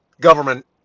government